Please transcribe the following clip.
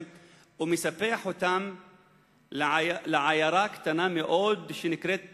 ומספח אותן לעיירה קטנה מאוד שנקראת ראש-העין,